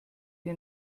die